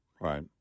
right